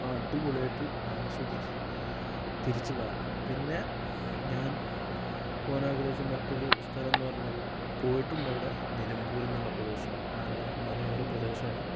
അടിപൊളിയായിട്ട് ആസ്വദിച്ച് തിരിച്ച് വരാം പിന്നെ ഞാൻ പോവാൻ ആഗ്രഹിച്ച മറ്റൊരു സ്ഥലം എന്നു പറഞ്ഞത് പോയിട്ടുണ്ടവിടെ നിലമ്പൂരെന്നുള്ള പ്രദേശമാണ് നല്ല മലയോര പ്രേദേശമാണ്